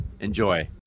Enjoy